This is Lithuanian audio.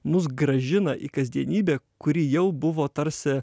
mus grąžina į kasdienybę kuri jau buvo tarsi